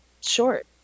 short